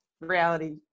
reality